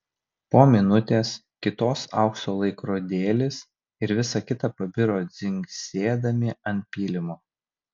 po minutės kitos aukso laikrodėlis ir visa kita pabiro dzingsėdami ant pylimo